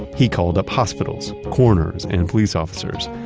he called up hospitals, corners and police officers,